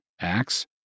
Acts